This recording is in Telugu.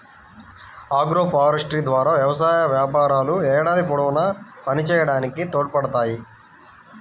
ఆగ్రోఫారెస్ట్రీ ద్వారా వ్యవసాయ వ్యాపారాలు ఏడాది పొడవునా పనిచేయడానికి తోడ్పడతాయి